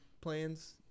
plans